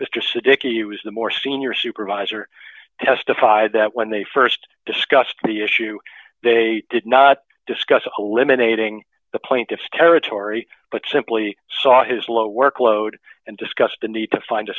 dickey was the more senior supervisor testified that when they st discussed the issue they did not discuss eliminating the plaintiff territory but simply saw his low workload and discussed the need to find a